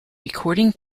recording